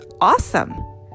awesome